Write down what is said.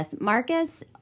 Marcus